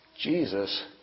Jesus